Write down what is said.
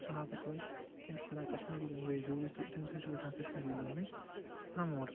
سحافَت وٲلۍ تم چھِ کَران کَشمیٖری لَنٛگویج یوٗز تہٕ تمہ سۭتۍ چھِ گَژھان کَشمیٖری لَنٛگویج پرَموٹ